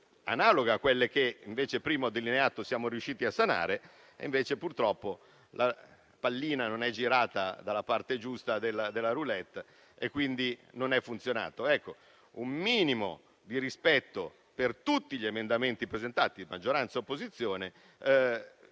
analoga a quelle che prima ho delineato e che siamo riusciti a sanare. Invece, purtroppo, la pallina non ha girato dalla parte giusta della roulette e quindi non ha funzionato. Un minimo di rispetto per tutti gli emendamenti presentati dalla maggioranza e dall'opposizione